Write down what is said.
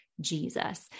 Jesus